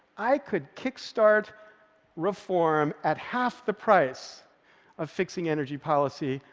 i could kickstart reform at half the price of fixing energy policy,